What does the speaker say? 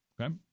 Okay